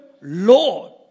Lord